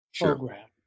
program